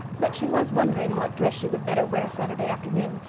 but she was wondering what dress she would better wear saturday afternoon,